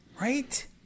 Right